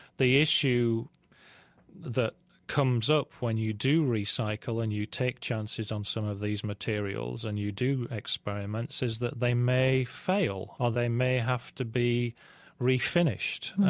the issue that comes up when you do recycle and you take chances on some of these materials and you do experiments is that they may fail or they may have to be refinished.